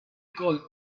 called